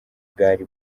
bwari